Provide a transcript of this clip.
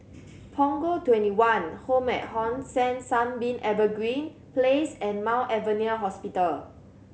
Punggol Twenty one Home at Hong San Sunbeam Evergreen Place and Mount Alvernia Hospital